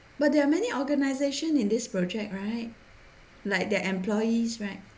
but there are many organisation in this project right like their employees right